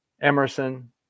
Emerson